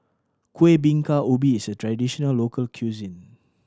Kueh Bingka Ubi is a traditional local cuisine